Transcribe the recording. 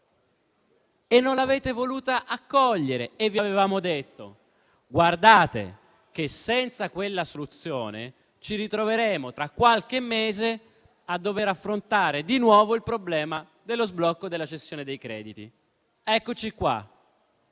Ma non l'avete voluta accogliere. Vi avevamo detto: guardate che, senza quella soluzione, ci ritroveremo tra qualche mese a dover affrontare di nuovo il problema dello sblocco della cessione dei crediti. Eccoci qua,